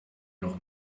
noch